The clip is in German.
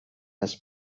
das